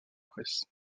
presse